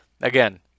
again